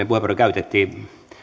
puheenvuoro käytettiin